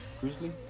grizzly